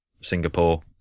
Singapore